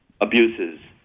abuses